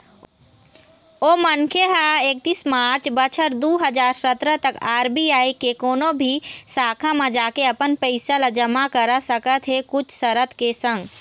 ओ मनखे ह एकतीस मार्च बछर दू हजार सतरा तक आर.बी.आई के कोनो भी शाखा म जाके अपन पइसा ल जमा करा सकत हे कुछ सरत के संग